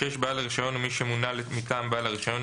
(6)בעל הרישיון או מי שמונה מטעם בעל הרישיון